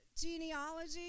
genealogy